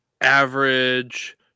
average